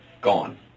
gone